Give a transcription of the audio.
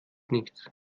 nichts